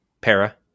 Para